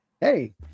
Hey